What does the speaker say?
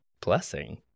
blessing